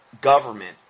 government